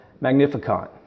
Magnificat